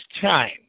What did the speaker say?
time